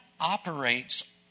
operates